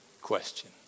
question